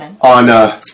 On